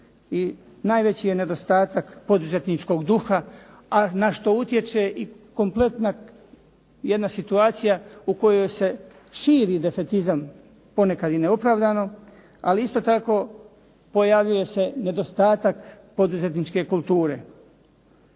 najveći je nedostatak poduzetničkog duha, a na što utječe i kompletna jedna situacija u kojoj se širi defektizam, ponekad i neopravdano, ali isto tako pojavljuje se nedostatak poduzetničke kulture.